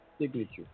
Signature